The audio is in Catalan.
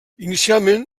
inicialment